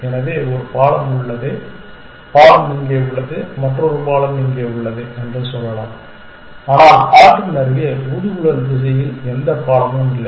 எனவே பாலம் ஒன்று உள்ளது பாலம் இங்கே உள்ளது மற்றொரு பாலம் இங்கே உள்ளது என்று சொல்லலாம் ஆனால் ஆற்றின் அருகே ஊதுகுழல் திசையில் எந்த பாலமும் இல்லை